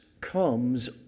comes